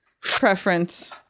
preference